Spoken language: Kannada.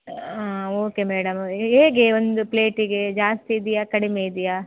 ಹಾಂ ಓಕೆ ಮೇಡಮ್ ಹೇಗೆ ಒಂದು ಪ್ಲೇಟಿಗೆ ಜಾಸ್ತಿ ಇದೆಯಾ ಕಡಿಮೆ ಇದೆಯಾ